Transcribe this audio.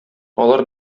алар